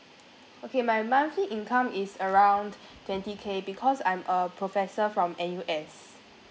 okay my monthly income is around twenty K because I'm a professor from N_U_S